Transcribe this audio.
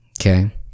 Okay